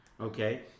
okay